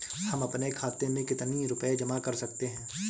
हम अपने खाते में कितनी रूपए जमा कर सकते हैं?